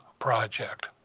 project